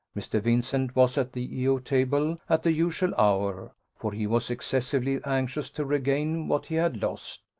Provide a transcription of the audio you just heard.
mr. vincent was at the e o table at the usual hour, for he was excessively anxious to regain what he had lost,